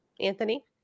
Anthony